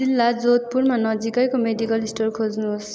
जिल्ला जोधपुरमा नजिकैको मेडिकल स्टोर खोज्नुहोस्